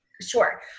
Sure